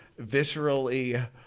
viscerally